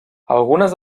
algunes